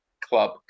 club